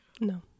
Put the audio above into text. No